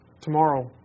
tomorrow